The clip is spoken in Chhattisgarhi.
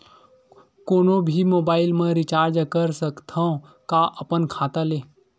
कोनो भी मोबाइल मा रिचार्ज कर सकथव का अपन खाता ले?